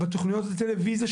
תכניות טלויזיה,